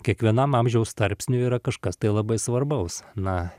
kiekvienam amžiaus tarpsniui yra kažkas tai labai svarbaus na